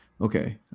okay